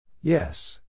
Yes